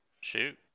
shoot